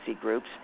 groups